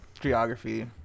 geography